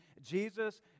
Jesus